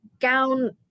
gown